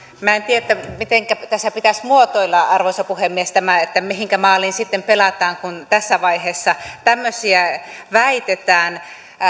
minä en tiedä mitenkä tässä pitäisi muotoilla arvoisa puhemies tämä mihinkä maaliin sitten pelataan kun tässä vaiheessa tämmöisiä väitetään